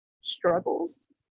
struggles